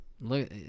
look